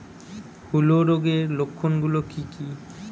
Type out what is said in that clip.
হূলো রোগের লক্ষণ গুলো কি কি?